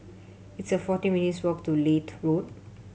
it's a forty minutes' walk to Leith Road